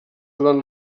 durant